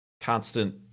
constant